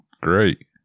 great